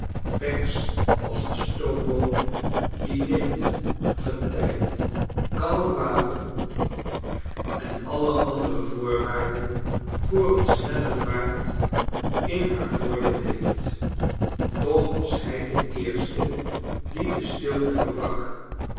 pancks als een stoomboot die wind getij kalm water en alle andere voorwaaxden voor een snelle vaart in haar voordeel heeft toch was hij de eerste die de stilte verbrak